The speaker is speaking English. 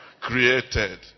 created